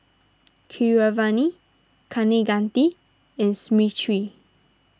Keeravani Kaneganti and Smriti